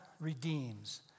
redeems